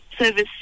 Service